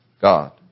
God